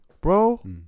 Bro